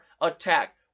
attack